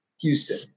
Houston